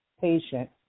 patient